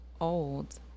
old